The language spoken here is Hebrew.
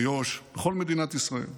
ביו"ש, בכל מדינת ישראל.